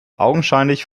augenscheinlich